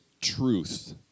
truth